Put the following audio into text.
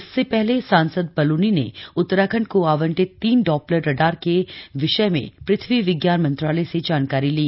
इससे पहले सांसद बलूनी ने उत्तराखंड को आवंटित तीन डॉप्लर रडार के विषय में पृथ्वी विज्ञान मंत्रालय से जानकारी ली